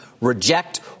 reject